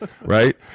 right